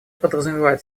подразумевает